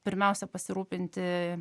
pirmiausia pasirūpinti